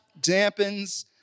Dampens